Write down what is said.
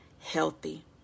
healthy